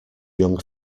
young